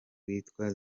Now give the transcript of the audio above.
witwa